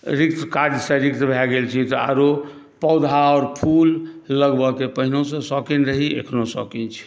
रिक्त काजसँ रिक्त भऽ गेल छी तऽ आओर पौधा आओर फूल लगबैके पहिनहुसँ शौक़ीन रही एखनहु शौक़ीन छी